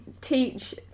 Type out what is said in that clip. teach